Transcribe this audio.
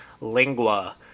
lingua